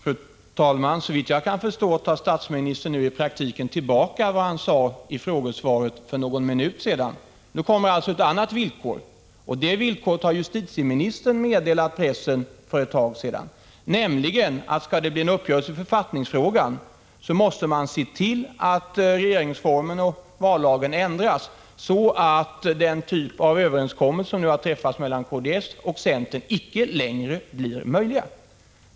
Fru talman! Såvitt jag kan förstå tar statsministern nu i praktiken tillbaka vad han sade i frågesvaret för någon minut sedan. Nu kommer alltså ett annat villkor, och det villkoret har justitieministern meddelat pressen för ett tag sedan, nämligen att skall det bli en uppgörelse i författningsfrågan måste man se till att regeringsformen och vallagen ändras så att överenskommelser sådana som den som nu har träffats mellan kds och centern icke längre blir möjliga.